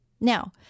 Now